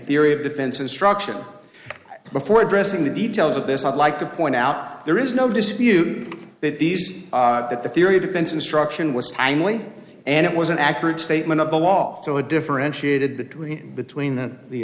theory of defense instruction before addressing the details of this i'd like to point out there is no dispute that these that the theory of defense instruction was tangling and it was an accurate statement of the law so a differentiated between between the